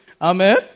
Amen